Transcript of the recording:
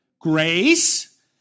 Grace